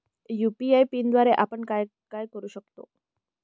UPI पिनद्वारे आपण काय काय करु शकतो?